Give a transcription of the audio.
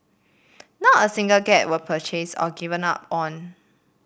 not a single cat was purchased or given up on